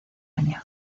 año